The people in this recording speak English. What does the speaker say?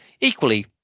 Equally